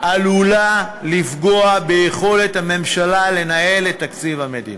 עלולה לפגוע ביכולת הממשלה לנהל את תקציב המדינה.